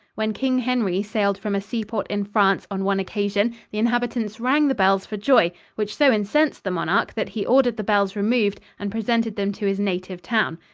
when king henry sailed from a seaport in france on one occasion the inhabitants rang the bells for joy, which so incensed the monarch that he ordered the bells removed and presented them to his native town.